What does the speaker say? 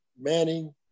Manning